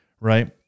right